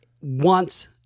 wants